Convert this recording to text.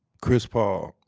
chris paul,